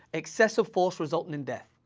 excessive force resulting in death.